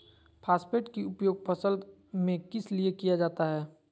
Phosphate की उपयोग फसल में किस लिए किया जाता है?